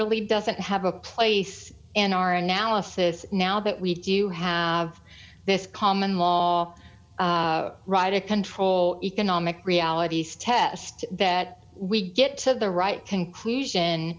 really doesn't have a place in our analysis now that we do have this common law right to control economic realities test that we get to the right conclusion